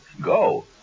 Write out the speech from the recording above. Go